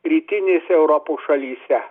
rytinės europos šalyse